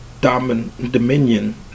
Dominion